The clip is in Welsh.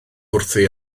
wrthi